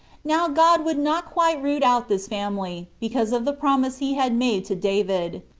now god would not quite root out this family, because of the promise he had made to david.